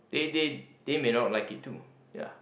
they they they may not like it too ya